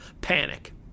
panic